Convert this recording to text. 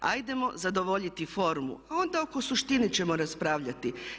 Ajdemo zadovoljiti formu, a onda oko suštine ćemo raspravljati.